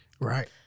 Right